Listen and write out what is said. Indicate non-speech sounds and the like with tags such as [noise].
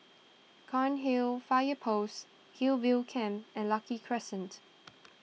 Cairnhill Fire Post Hillview Camp and Lucky Crescent [noise]